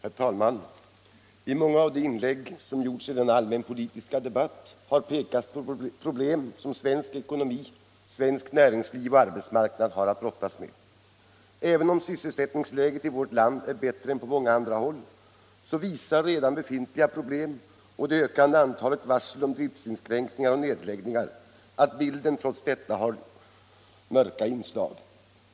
Herr talman! I många av de inlägg som redan gjorts i denna allmänpolitiska debatt har pekats på problem som svensk ekonomi, svenskt näringsliv och arbetsmarknad har att brottas med. Även om sysselsättningsläget i vårt land är bättre än på många andra håll visar redan befintliga problem och det ökande antalet varsel om driftsinskränkningar och nedläggningar att bilden trots detta har mörka inslag.